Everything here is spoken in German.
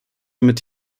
damit